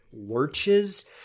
Lurches